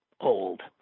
old